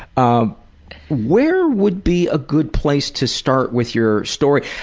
ah where would be a good place to start with your story?